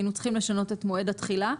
היינו צריכים לשנות את מועד התחילה.